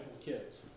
kids